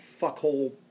fuckhole